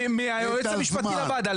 בניגוד לסיכום איתנו --- על מה אנחנו מצביעים?